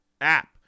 app